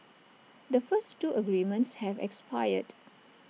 the first two agreements have expired